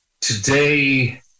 Today